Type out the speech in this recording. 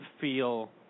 feel